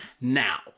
Now